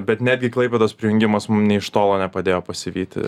bet netgi klaipėdos prijungimas mum nė iš tolo nepadėjo pasivyti